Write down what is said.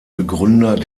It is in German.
begründer